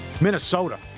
Minnesota